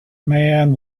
man